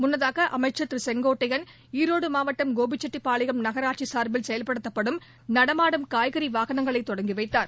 முன்னதாக அமைச்ச் திரு செங்கோட்டையன் ஈரோடு மாவட்டம் கோபிச்செட்டிப்பாளையம் நகராட்சி சார்பில் செயல்படுத்தப்படும் நடமாடும் காய்கறி வாகனங்களை தொடங்கி வைத்தார்